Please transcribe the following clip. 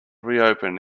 reopen